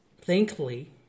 Thankfully